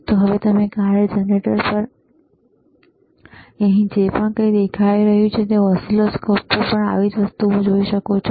તો હવે કાર્ય જનરેટર પર અહીં જે કંઈ દેખાઈ રહ્યું છે તમે ઓસિલોસ્કોપ પર પણ આવી જ વસ્તુ જોઈ શકો છો